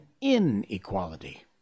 inequality